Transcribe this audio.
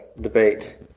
debate